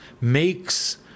makes